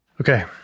Okay